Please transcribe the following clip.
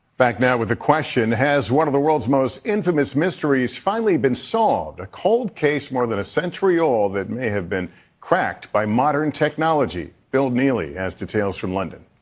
back now with the question, has one of the world's most infamous mysteries finally been solved? a cold case more than a century old that may have been cracked by modern technology. bill neely has details from london.